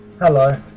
hello?